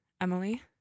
Emily